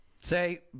Say